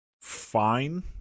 fine